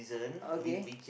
okay